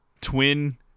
twin